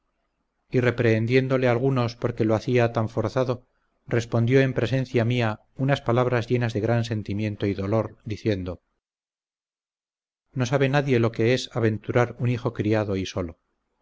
y reprehendiéndole algunos porque lo hacía tan forzado respondió en presencia mía unas palabras llenas de gran sentimiento y dolor diciendo no sabe nadie lo que es aventurar un hijo criado y solo